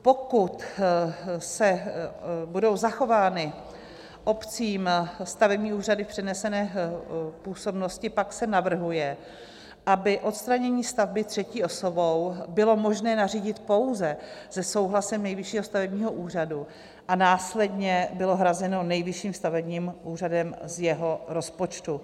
Pokud budou zachovány obcím stavební úřady v přenesené působnosti, pak se navrhuje, aby odstranění stavby třetí osobou bylo možné nařídit pouze se souhlasem Nejvyššího stavebního úřadu, a následně bylo hrazeno Nejvyšším stavební úřadem z jeho rozpočtu.